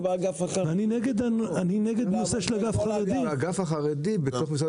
אני נגד נושא של אגף חרדים.